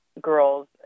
girls